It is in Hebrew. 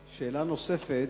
שאלה נוספת.